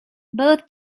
both